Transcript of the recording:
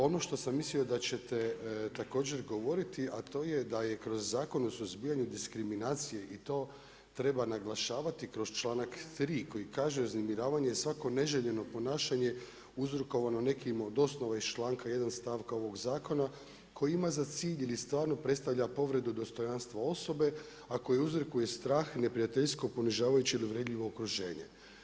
Ono što sam mislio da ćete također govoriti, a to je da je kroz Zakon o suzbijanju diskriminacije i to treba naglašavati kroz članak 3. koji kaže „uznemiravanje je svako neželjeno ponašanje uzrokovano nekim od osnova iz članka 1. stavka ovog zakona koji ima za cilj ili stvarno predstavlja povredu dostojanstva osobe, a koji uzrokuje strah i neprijateljsko, ponižavajuće ili uvredljivo okruženje“